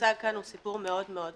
שהוצג כאן הוא סיפור מאוד מאוד חלקי,